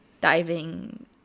Diving